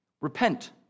Repent